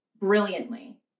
brilliantly